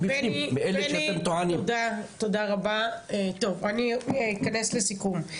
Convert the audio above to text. בני, תודה רבה, טוב, אני אתכנס לסיכום.